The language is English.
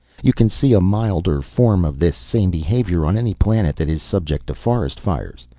you can see a milder form of this same behavior on any planet that is subject to forest fires.